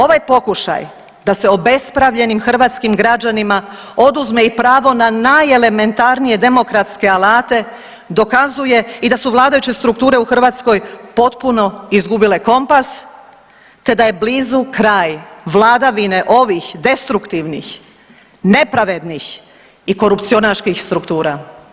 Ovaj pokušaj da se obespravljenim hrvatskim građanima oduzme i pravo na najelementarnije demokratske alate dokazuje i da su vladajuće strukture u Hrvatskoj potpuno izgubile kompas te da je blizu kraj vladavine ovih destruktivnih, nepravednih i korupcionaških struktura.